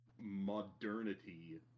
modernity